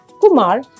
Kumar